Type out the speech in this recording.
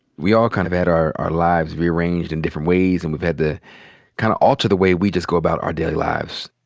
we all kind of had our our lives rearranged in different ways. and we've had to kind of alter the way we just go about our daily lives.